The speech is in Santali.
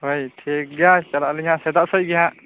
ᱦᱚᱭ ᱴᱷᱤᱠᱜᱮᱭᱟ ᱪᱟᱞᱟᱜ ᱟ ᱞᱤᱧ ᱦᱟᱜ ᱥᱮᱛᱟᱜ ᱥᱮᱫᱜᱮ ᱦᱟᱜ